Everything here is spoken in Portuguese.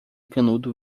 canudo